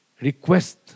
request